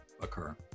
occur